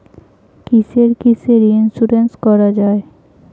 কিসের কিসের ইন্সুরেন্স করা যায়?